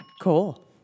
Cool